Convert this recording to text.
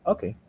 Okay